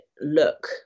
look